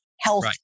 health